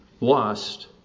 lust